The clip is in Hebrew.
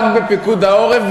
רק בפיקוד העורף,